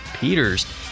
Peters